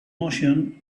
motion